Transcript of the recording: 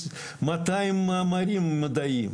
מאתיים מאמרים מדעיים.